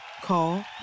call